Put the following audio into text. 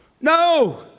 no